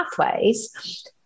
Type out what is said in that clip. pathways